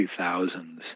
2000s